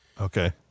Okay